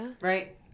Right